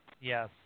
yes